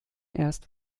erst